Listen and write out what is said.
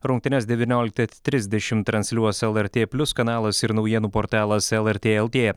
rungtynes devyniolikta trisdešim transliuos lrt plius kanalas ir naujienų portalas lrt lt